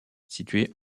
situé